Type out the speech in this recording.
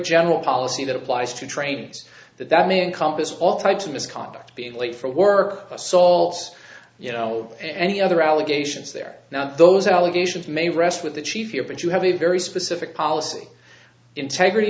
general policy that applies to trains that that may encompass all types of misconduct being late for work assaults you know any other allegations there now those allegations may rest with the chief here but you have a very specific policy integrity